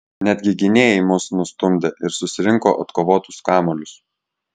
netgi gynėjai mus nustumdė ir susirinko atkovotus kamuolius